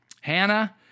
Hannah